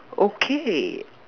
okay